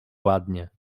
ładnie